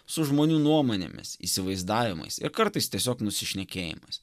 su žmonių nuomonėmis įsivaizdavimais ir kartais tiesiog nusišnekėjimais